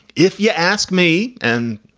if you ask me and